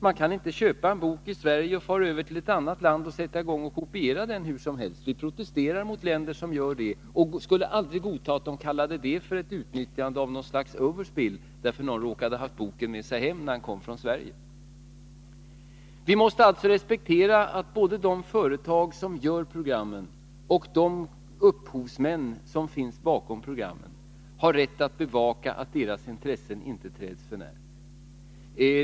Man kan inte köpa en bok i Sverige och fara över till ett annat land och sätta i gång och kopiera den hur som helst. Vi protesterar mot länder som gör det och skulle aldrig godta att man kallade det för ett utnyttjande av något slags ”spill over” därför att någon råkat ha boken med sig hem när han kom från Sverige. Vi måste alltså respektera att både de företag som gör programmen och upphovsmännen till programmen har rätt att bevaka att deras intressen inte träds för när.